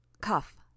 Cuff